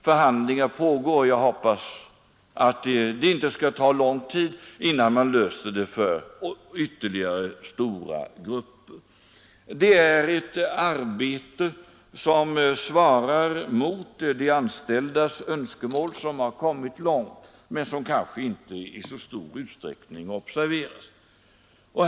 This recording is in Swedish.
Förhandlingar pågår och jag hoppas att det inte skall ta lång tid innan man löser den frågan för ytterligare stora grupper. Det är ett arbete som svarar mot de anställdas önskemål och som man har kommit långt med, men som kanske inte observeras i så stor utsträckning.